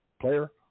Player